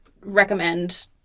recommend